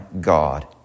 God